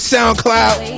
SoundCloud